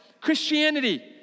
Christianity